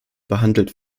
behandelt